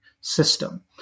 system